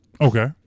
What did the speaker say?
Okay